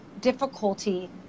difficulty